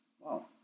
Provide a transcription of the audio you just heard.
Wow